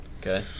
Okay